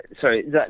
sorry